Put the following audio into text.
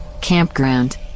campground